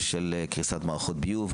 בשל קריסת מערכות ביוב,